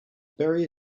bury